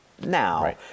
Now